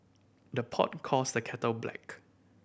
the pot calls the kettle black